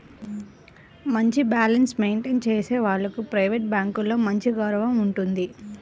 మంచి balance maintain చేసే వాళ్లకు ప్రైవేట్ బ్యాంకులలో మంచి గౌరవం ఉంటుంది